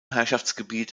herrschaftsgebiet